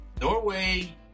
norway